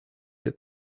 deux